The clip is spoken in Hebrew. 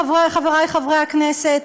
חברי חברי הכנסת,